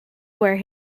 where